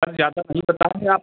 sir ज़्यादा नहीं बताए हैं आप